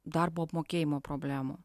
darbo apmokėjimo problemų